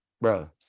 bro